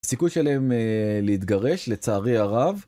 סיכוי שלהם להתגרש לצערי הרב.